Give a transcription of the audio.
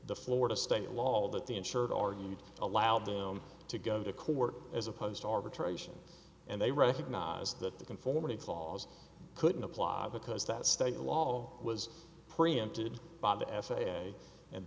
the florida state law that the insured argued allowed them to go to court as opposed to arbitration and they recognize that the conformity clause couldn't apply because that state law was preempted by the f a a and